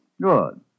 Good